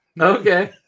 Okay